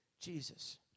Jesus